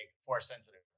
Force-sensitive